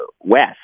west